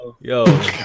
yo